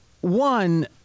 One